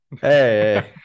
Hey